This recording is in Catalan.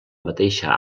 mateixa